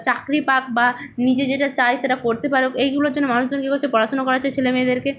চাকরি পাক বা নিজে যেটা চায় সেটা করতে পারুক এইগুলোর জন্য মানুষজন কী করছে পড়াশুনো করাচ্ছে ছেলে মেয়েদেরকে